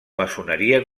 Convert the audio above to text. maçoneria